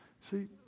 See